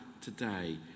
today